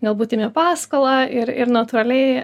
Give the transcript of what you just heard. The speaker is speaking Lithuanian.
galbūt imi paskolą ir ir natūraliai